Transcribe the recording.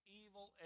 evil